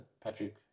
Patrick